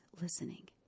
listening